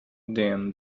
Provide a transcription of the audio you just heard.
then